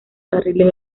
carriles